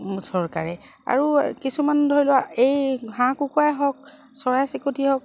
চৰকাৰে আৰু কিছুমান ধৰি লোৱা এই হাঁহ কুকুৰাই হওক চৰাই চিৰিকতিয়ে হওক